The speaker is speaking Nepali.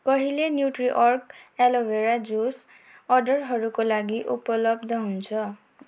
कहिले न्युट्रिअर्ग एलो भेरा जुस अर्डरहरूको लागी उपलब्ध हुन्छ